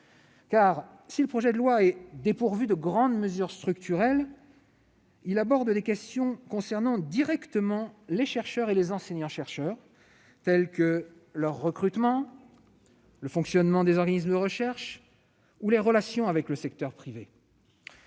Car, si ce texte est dépourvu de grandes mesures structurelles, il aborde des questions concernant directement les chercheurs et les enseignants-chercheurs, telles que leur recrutement, le fonctionnement des organismes de recherche ou les relations avec le secteur privé.